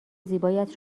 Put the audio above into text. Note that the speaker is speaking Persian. زیبایت